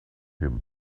him